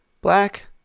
black